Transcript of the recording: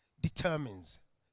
determines